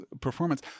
performance